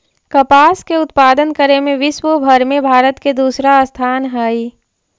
कपास के उत्पादन करे में विश्वव भर में भारत के स्थान दूसरा हइ